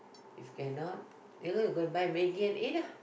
if cannot cannot you go and buy Maggi and eat lah